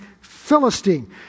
Philistine